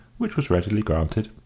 which was readily granted.